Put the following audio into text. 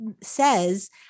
says